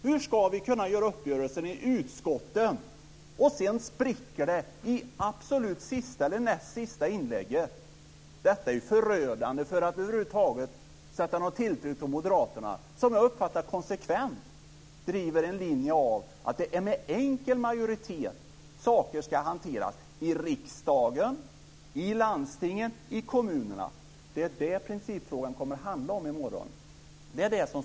Hur ska vi kunna träffa uppgörelser i utskotten om de spricker i sista eller näst sista inlägget? Detta är förödande för möjligheterna att över huvud taget ha någon tilltro till moderaterna, vilka som jag uppfattar det konsekvent driver linjen att saker ska hanteras med enkel majoritet i riksdagen, i landstingen och i kommunerna. Det är detta som principfrågan kommer att handla om i morgon.